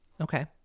Okay